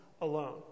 alone